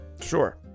Sure